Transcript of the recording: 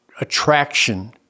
Attraction